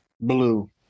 Blue